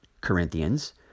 Corinthians